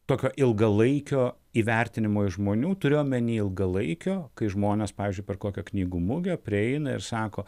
tokio ilgalaikio įvertinimo iš žmonių turiu omeny ilgalaikio kai žmonės pavyzdžiui per kokią knygų mugę prieina ir sako